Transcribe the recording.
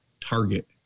Target